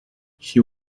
she